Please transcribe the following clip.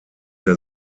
der